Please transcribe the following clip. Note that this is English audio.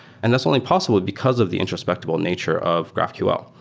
and that's only possible because of the introspectable nature of graphql.